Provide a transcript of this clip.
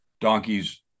Donkeys-